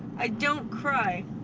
i don't cry.